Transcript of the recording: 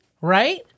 right